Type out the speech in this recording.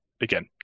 Again